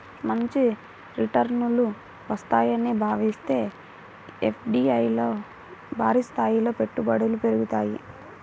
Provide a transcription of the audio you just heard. మంచి రిటర్నులు వస్తాయని భావిస్తే ఎఫ్డీఐల్లో భారీస్థాయిలో పెట్టుబడులు పెరుగుతాయి